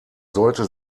sollte